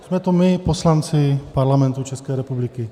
Jsme to my, poslanci Parlamentu České republiky.